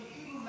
כאילו,